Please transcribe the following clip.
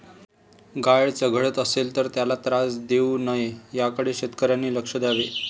गाय चघळत असेल तर त्याला त्रास देऊ नये याकडे शेतकऱ्यांनी लक्ष द्यावे